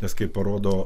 nes kaip parodo